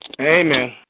Amen